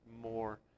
more